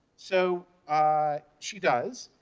so ah she does.